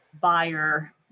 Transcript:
buyer